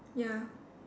ya